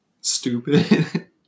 stupid